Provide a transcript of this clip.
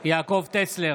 טסלר,